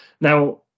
now